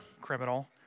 criminal